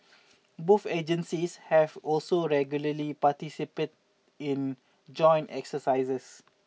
both agencies have also regularly participated in joint exercises